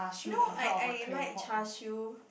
no I I like Char-Siew